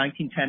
1910